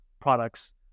products